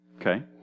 Okay